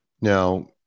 Now